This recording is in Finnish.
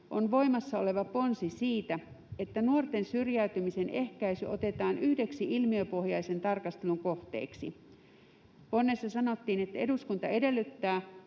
on voimassa oleva ponsi siitä, että nuorten syrjäytymisen ehkäisy otetaan yhdeksi ilmiöpohjaisen tarkastelun kohteeksi”. Ponnessa sanottiin: ”Eduskunta edellyttää,